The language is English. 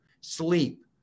sleep